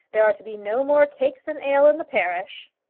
there are to be no more cakes and ale in the parish.